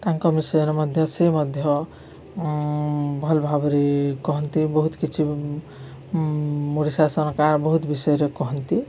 ତାଙ୍କ ବିଷୟରେ ମଧ୍ୟ ସେ ମଧ୍ୟ ଭଲ ଭାବରେ କହନ୍ତି ବହୁତ କିଛି ଶାସନ କାଳର ବହୁତ ବିଷୟରେ କହନ୍ତି